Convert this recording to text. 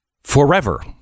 Forever